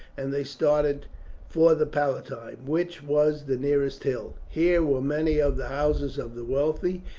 and they started for the palatine, which was the nearest hill. here were many of the houses of the wealthy,